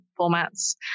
formats